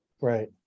right